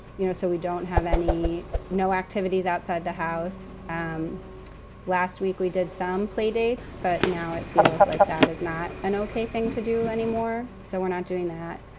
you know, so we don't have any no activities outside the house. um last week we did some play dates, but now it feels like that is not an ok thing to do anymore. so we're not doing that.